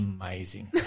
amazing